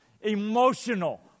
emotional